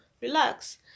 relax